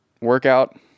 workout